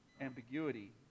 ambiguity